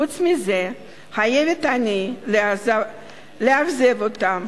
חוץ מזה, חייבת אני לאכזב אותם: